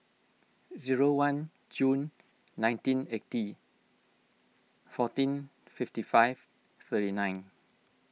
zero one Jun nineteen eighty fourteen fifty five thirty nine